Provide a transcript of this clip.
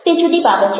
તે જુદી બાબત છે